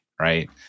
right